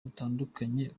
butandukanye